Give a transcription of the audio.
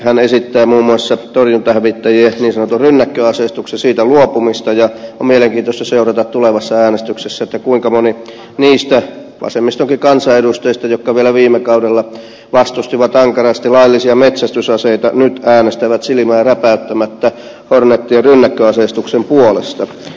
hän esittää muun muassa torjuntahävittäjien niin sanotusta rynnäkköaseistuksesta luopumista ja on mielenkiintoista seurata tulevassa äänestyksessä kuinka moni niistä vasemmistonkin kansanedustajista jotka vielä viime kaudella vastustivat ankarasti laillisia metsästysaseita nyt äänestävät silmää räpäyttämättä hornetien rynnäkköaseistuksen puolesta